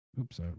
Oops